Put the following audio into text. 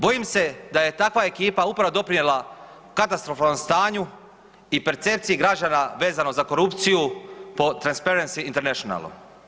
Bojim se da je takva ekipa upravo doprinijela katastrofalnom stanju i percepciji građana vezano za korupciju po Transparenty Internationalu.